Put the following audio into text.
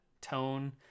tone